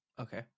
okay